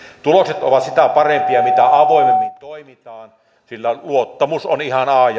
tulokset ovat sitä parempia mitä avoimemmin toimitaan sillä luottamus seurantaryhmän ja hallituksen välillä on ihan a